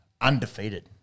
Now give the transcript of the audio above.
Undefeated